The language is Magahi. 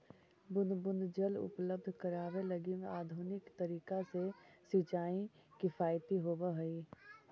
बूंद बूंद जल उपलब्ध करावे लगी आधुनिक तरीका से सिंचाई किफायती होवऽ हइ